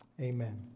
amen